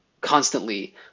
constantly